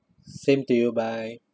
same to you bye